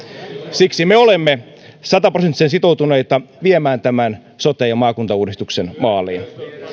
siksi me olemme sataprosenttisen sitoutuneita viemään tämän sote ja maakuntauudistuksen maaliin